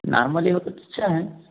normally हो तो अच्छा है